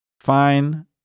fine